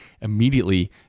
immediately